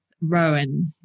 Rowan